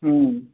हूँ